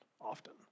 often